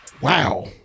Wow